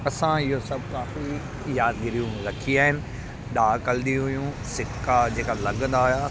असां इहो सभु काफ़ी यादिगिरियूं रखी आहिनि डाक हल्दी हुयूं सिका जेका लॻंदा हुआ